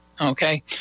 okay